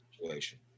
situation